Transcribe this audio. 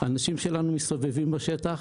אנשים שלנו מסתובבים בשטח,